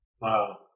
Wow